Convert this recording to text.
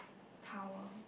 towel